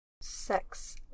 Sex